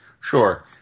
Sure